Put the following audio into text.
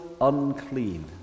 unclean